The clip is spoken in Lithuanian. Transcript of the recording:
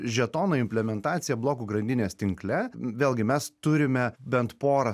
žetonų implementacija blokų grandinės tinkle vėlgi mes turime bent porą